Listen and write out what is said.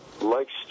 likes